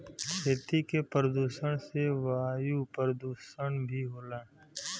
खेती के प्रदुषण से वायु परदुसन भी होला